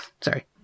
Sorry